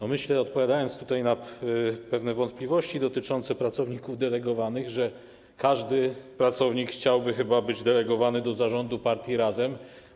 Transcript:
Odpowiadając na pewne wątpliwości dotyczące pracowników delegowanych, myślę, że każdy pracownik chciałby chyba być delegowany do zarządu partii Razem.